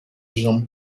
jambes